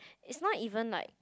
it's not even like